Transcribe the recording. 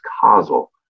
causal